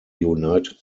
united